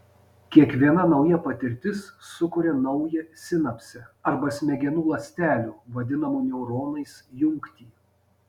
kiekviena nauja patirtis sukuria naują sinapsę arba smegenų ląstelių vadinamų neuronais jungtį